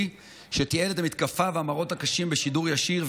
שתיעד את המתקפה והמראות הקשים בשידור ישיר,